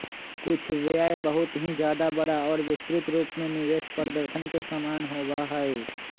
कुछ व्यय बहुत ही ज्यादा बड़ा और विस्तृत रूप में निवेश प्रदर्शन के समान होबा हई